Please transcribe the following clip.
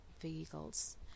vehicles